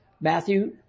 Matthew